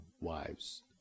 wives